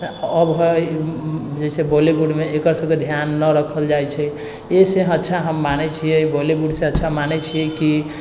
अब हइ जइसे बॉलीवुडमे एकर सबके धिआन नहि रखल जाइ छै इएहसँ अच्छा हम मानै छिए बॉलीवुडसँ अच्छा मानै छिए कि